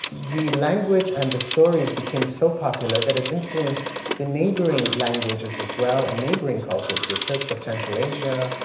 the language and the stories became so popular that it influenced the neighboring languages as well in and neighboring cultures, the turks of central asia,